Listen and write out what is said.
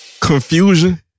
confusion